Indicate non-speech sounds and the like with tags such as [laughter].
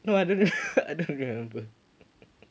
no I don't [laughs] I don't remember [laughs]